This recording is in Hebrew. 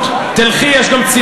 תלכי אל העיתונות,